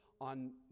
on